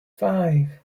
five